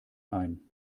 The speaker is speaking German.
ein